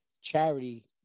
charity